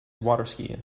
waterskiing